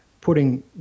putting